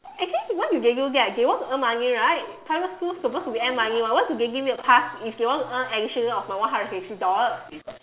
actually what did you get they want to earn money right private schools supposed to earn money one why do they give me a pass if they want to earn an additional of my one hundred and fifty dollars